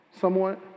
somewhat